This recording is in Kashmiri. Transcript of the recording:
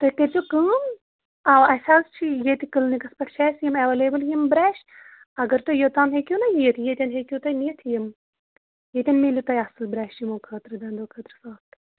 تُہۍ کٔرۍ زیٚو کٲم اَوا اَسہِ حظ چھِ ییٚتہِ کِلنِکَس پٮ۪ٹھ چھِ اَسہِ یِم ایٚویلیبُل یِم برٛیش اگر تُہۍ یوٚت تام ہیٚکِو نا یِتھ ییٚتٮ۪ن ہیٚکِو تُہۍ نِتھ یِم ییٚتٮ۪ن میلِو تۄہہِ اَصٕل برٛیش یِمو خٲطرٕ دَنٛدَو خٲطرٕ سافٹہٕ